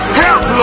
help